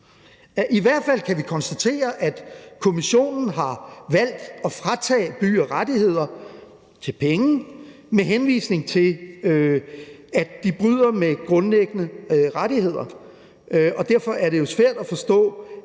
I hvert fald kan vi konstatere, at Kommissionen har valgt at fratage nogle byer nogle rettigheder til penge med henvisning til, at de bryder med grundlæggende rettigheder, og derfor er det jo svært at forstå,